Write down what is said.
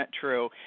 true